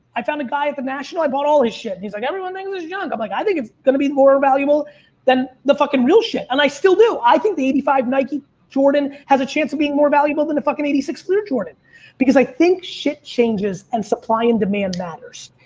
i found a guy at the national, i bought all his shit and he's like, everyone thinks it's junk. i'm like, i think it's going to be more valuable than the fucking real shit. and i still do. i think the eighty five nike jordan has a chance of being more valuable than a fucking eighty six fleer jordan because i think shit changes and supply and demand matters.